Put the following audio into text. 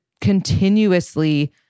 continuously